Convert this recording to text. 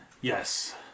yes